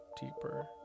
deeper